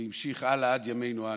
וממשיכה הלאה עד ימינו אנו.